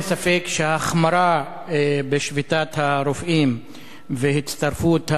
אין ספק שההחמרה בשביתת הרופאים והצטרפות המומחים,